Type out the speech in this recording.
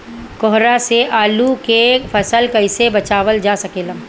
कोहरा से आलू के फसल कईसे बचावल जा सकेला?